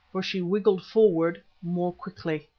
for she wriggled forward more quickly.